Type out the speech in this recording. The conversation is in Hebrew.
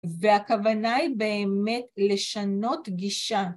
והכוונה היא באמת לשנות גישה.